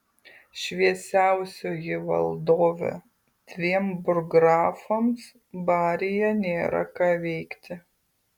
šviesiausioji valdove dviem burggrafams baryje nėra ką veikti